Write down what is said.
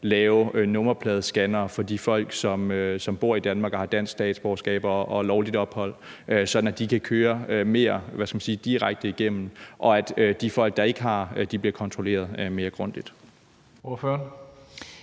lave nummerpladescannere til brug for de folk, som bor i Danmark og har dansk statsborgerskab og altså lovligt ophold, sådan at de kan køre mere – hvad skal man sige – direkte igennem, og så de folk, der ikke har det, bliver kontrolleret mere grundigt. Kl.